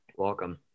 welcome